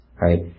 right